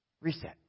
reset